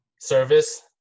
service